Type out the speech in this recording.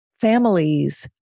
families